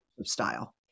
style